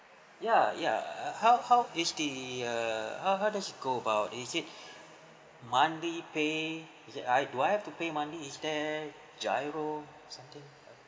ya ya err how how is the err how how does it go about is it monthly pay is it I do I have to pay monthly is there GIRO or something